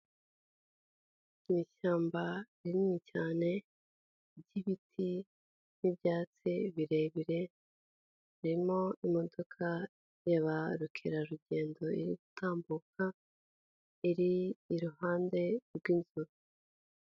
Ishyamba rinini cyane ry'ibiti n'ibyatsi birebire ririmo imodoka ya ba mukerarugendo iritambuka iri iruhande rw'inka.